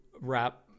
wrap